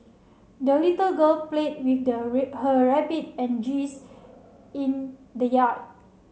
the little girl played with the her rabbit and geese in the yard